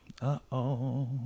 Uh-oh